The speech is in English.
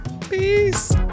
Peace